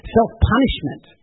Self-punishment